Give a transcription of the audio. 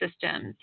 systems